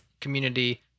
community